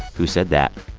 who said that